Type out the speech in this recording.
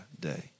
day